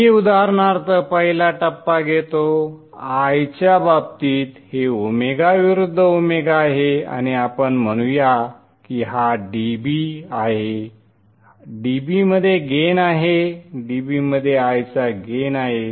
मी उदाहरणार्थ पहिला टप्पा घेतो I च्या बाबतीत हे ओमेगा विरुद्ध ओमेगा आहे आणि आपण म्हणू या की हा dB आहे dB मध्ये गेन आहे dB मध्ये I चा गेन आहे